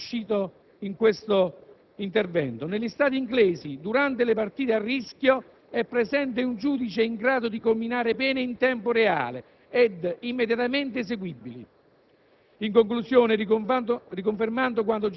capire come in Inghilterra sia riuscito questo intervento: negli stadi inglesi, durante le partite a rischio, è presente un giudice in grado di comminare pene in tempo reale ed immediatamente eseguibili.